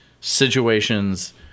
situations